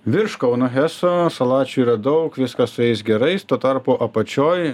virš kauno heso salačių yra daug viskas su jais gerai tuo tarpu apačioj